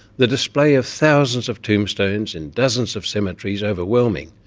the display of thousands of tombstones in dozens of cemeteries overwhelming,